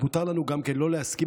מותר לנו גם לא להסכים,